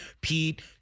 Pete